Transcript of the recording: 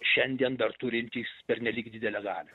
šiandien dar turintys pernelyg didelę galią